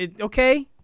okay